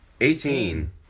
Eighteen